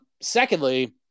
Secondly